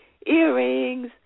earrings